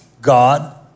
God